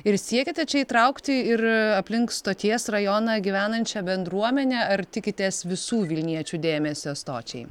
ir siekiate čia įtraukti ir aplink stoties rajoną gyvenančią bendruomenę ar tikitės visų vilniečių dėmesio stočiai